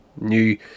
new